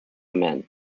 men